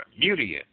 Mutian